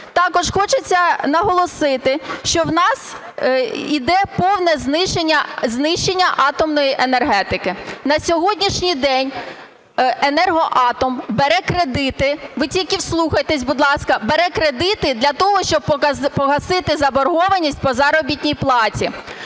Також хочеться наголосити, що в нас іде повне знищення атомної енергетики. На сьогоднішній день "Енергоатом" бере кредити – ви тільки вслухайтесь, будь ласка – бере кредити для того, щоб погасити заборгованість по заробітній платі.